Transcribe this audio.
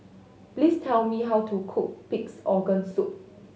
please tell me how to cook Pig's Organ Soup